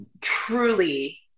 truly